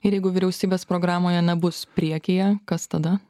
ir jeigu vyriausybės programoje nebus priekyje kas tada